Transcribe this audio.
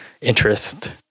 interest